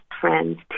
friends